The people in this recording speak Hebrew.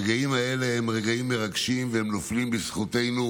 הרגעים האלה הם רגעים מרגשים, והם נופלים בזכותנו,